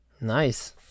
nice